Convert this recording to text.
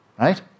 Right